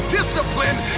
discipline